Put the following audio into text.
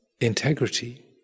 integrity